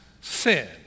sin